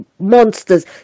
monsters